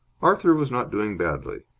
arthur was not doing badly.